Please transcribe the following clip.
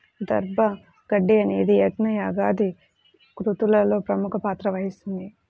దర్భ గడ్డి అనేది యజ్ఞ, యాగాది క్రతువులలో ప్రముఖ పాత్ర వహిస్తుంది